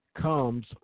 comes